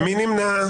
מי נמנע?